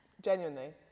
genuinely